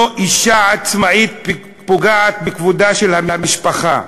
לא אישה עצמאית פוגעת בכבודה של המשפחה.